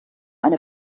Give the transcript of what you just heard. eine